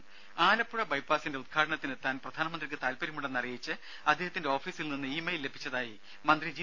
രുര ആലപ്പുഴ ബൈപാസിന്റെ ഉദ്ഘാടനത്തിന് എത്താൻ പ്രധാന മന്ത്രിക്ക് താല്പര്യമുണ്ടെന്ന് അറിയിച്ച് അദ്ദേഹത്തിന്റെ ഓഫീസിൽ നിന്ന് ഇ മെയിൽ ലഭിച്ചെന്ന് മന്ത്രി ജി